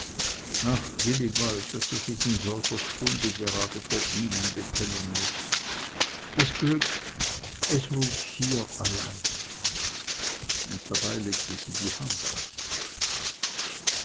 ach wilibald daß ich es in solcher stunde gerade vor ihnen bekennen muß das glück es ruht hier allein und dabei legte sie die hand aufs herz